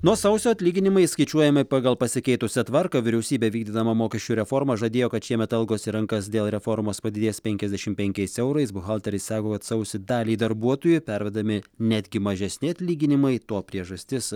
nuo sausio atlyginimai skaičiuojami pagal pasikeitusią tvarką vyriausybė vykdydama mokesčių reformą žadėjo kad šiemet algos į rankas dėl reformos padidės penkiasdešimt penkiais eurais buhalteriai sako kad sausį daliai darbuotojų pervedami netgi mažesni atlyginimai to priežastis